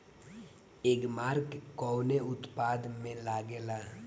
एगमार्क कवने उत्पाद मैं लगेला?